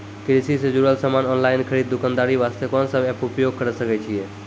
कृषि से जुड़ल समान ऑनलाइन खरीद दुकानदारी वास्ते कोंन सब एप्प उपयोग करें सकय छियै?